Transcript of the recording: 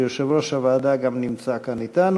שהיושב-ראש שלה גם נמצא כאן אתנו.